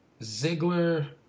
Ziggler